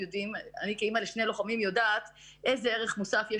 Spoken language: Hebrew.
אני כאימא לשני לוחמים יודעת איזה ערך מוסף יש